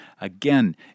Again